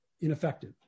ineffective